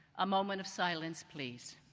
a moment of silence please.